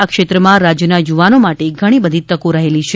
આ ક્ષેત્રમાં રાજ્યના યુવાનો માટે ઘણી બધી તકો રહેલી છે